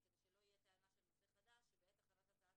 כדי שלא תהיה טענה של נושא חדש שבעת הכנת הצעת